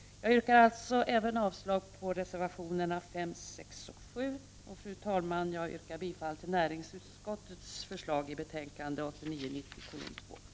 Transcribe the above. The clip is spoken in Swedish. Jag yrkar alltså avslag även på reservationerna 5, 6 och 7. Fru talman! Jag yrkar bifall till hemställan i näringsutskottets betänkande 1989/90:2.